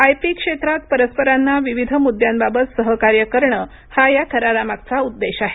IP क्षेत्रात परस्परांना विविध मुद्यांबाबत सहकार्य करणं हा या करारामागचा उद्देश आहे